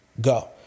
go